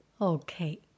Okay